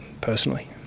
personally